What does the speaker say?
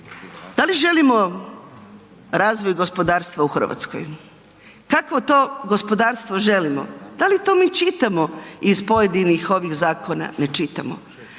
Da li želimo razvoj gospodarstva u RH? Kakvo to gospodarstvo želimo? Da li mi to čitamo iz pojedinih ovih zakona? Ne čitamo.